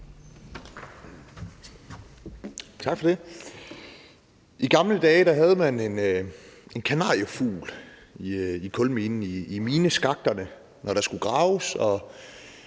I gamle dage havde man en kanariefugl i kulminen, i mineskakterne, når der skulle graves,